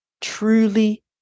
truly